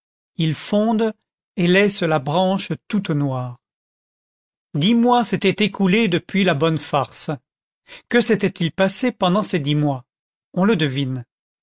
ils fondent et laissent la branche toute noire dix mois s'étaient écoulés depuis la bonne farce que s'était-il passé pendant ces dix mois on le devine